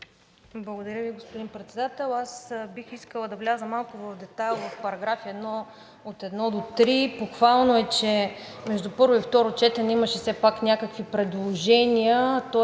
Благодаря Ви, господин Председател. Бих искала да вляза малко в детайл в параграфи от едно до три. Похвално е, че между първо и второ четене имаше все пак някакви предложения.